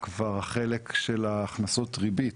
החלק של הכנסות הריבית,